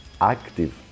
active